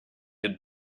had